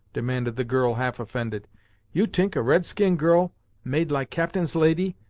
demanded the girl half-offended. you t'ink a red-skin girl made like captain's lady,